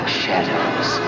shadows